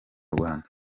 rwanda